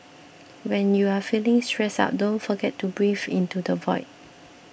when you are feeling stressed out don't forget to breathe into the void